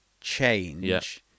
change